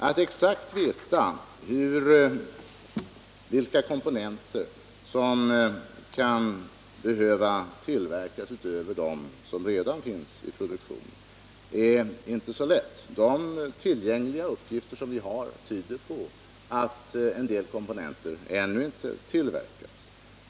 Att exakt veta vilka komponenter som kan behöva tillverkas utöver dem som redan finns i produktion är inte så lätt. Tillgängliga uppgifter tyder på att en del komponenter ännu inte tillverkas.